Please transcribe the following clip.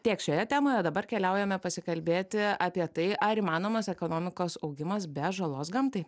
tiek šioje temoje o dabar keliaujame pasikalbėti apie tai ar įmanomas ekonomikos augimas be žalos gamtai